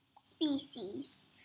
species